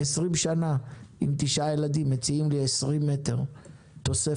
20 שנה עם תשעה ילדים, מציעים לי 20 מטר תוספת.